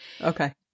Okay